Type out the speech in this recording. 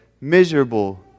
miserable